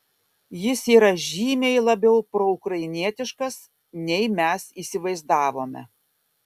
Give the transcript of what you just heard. jis yra žymiai labiau proukrainietiškas nei mes įsivaizdavome